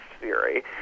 theory